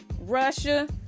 Russia